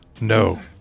No